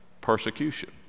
persecution